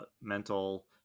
mental